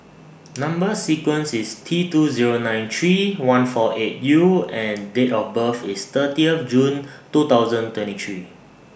Number sequence IS T two Zero nine three one four eight U and Date of birth IS thirtieth June two thousand twenty three